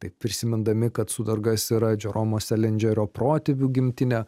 tai prisimindami kad sudargas yra džeromo selindžerio protėvių gimtinė